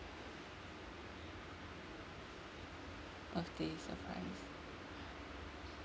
birthday surprise